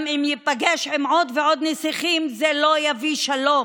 גם אם ייפגש עם עוד ועוד נסיכים, זה לא יביא שלום.